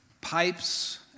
pipes